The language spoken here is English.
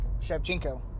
Shevchenko